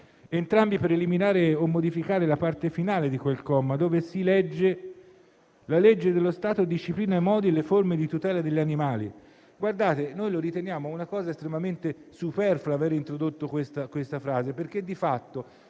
9, per eliminare o modificare la parte finale di quel comma dove si legge «La legge dello Stato disciplina i modi e le forme di tutela degli animali». Noi riteniamo estremamente superfluo aver introdotto questa frase, perché di fatto